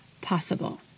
possible